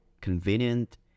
convenient